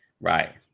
Right